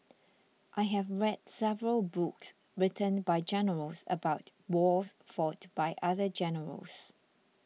I have read several books written by generals about wars fought by other generals